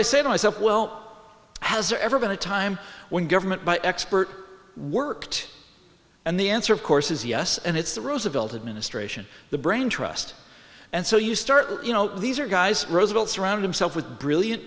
i say to myself well has there ever been a time when government the expert worked and the answer of course is yes and it's the roosevelt administration the brain trust and so you start you know these are guys roosevelt surround himself with brilliant